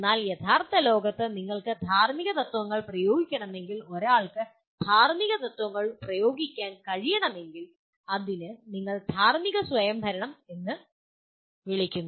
എന്നാൽ യഥാർത്ഥ ലോകത്ത് നിങ്ങൾക്ക് ധാർമ്മിക തത്ത്വങ്ങൾ പ്രയോഗിക്കണമെങ്കിൽ ഒരാൾക്ക് ധാർമ്മിക തത്ത്വങ്ങൾ പ്രയോഗിക്കാൻ കഴിയണമെങ്കിൽ അതിന് ഞങ്ങൾ ധാർമ്മിക സ്വയംഭരണം എന്ന് വിളിക്കുന്നു